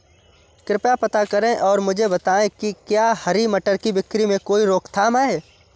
कृपया पता करें और मुझे बताएं कि क्या हरी मटर की बिक्री में कोई रोकथाम है?